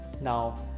Now